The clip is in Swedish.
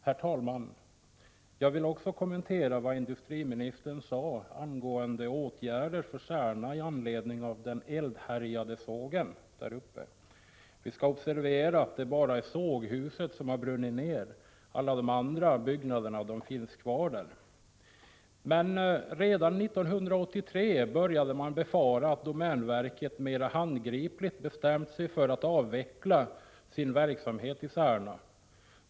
Herr talman! Också jag vill kommentera vad industriministern sade angående åtgärder för Särna med anledning av att sågen har eldhärjats. Vi kan observera att det bara är såghuset som har brunnit ned. Alla andra byggnader finns kvar. Redan 1983 började man hysa farhågor för att domänverket bestämt sig för att mera handgripligt avveckla sin verksamhet i Särna.